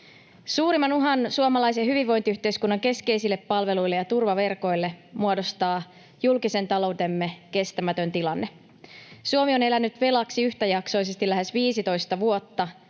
Suurimman uhan suomalaisen hyvinvointiyhteiskunnan keskeisille palveluille ja turvaverkoille muodostaa julkisen taloutemme kestämätön tilanne. Suomi on elänyt velaksi yhtäjaksoisesti lähes 15 vuotta.